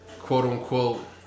quote-unquote